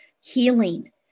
healing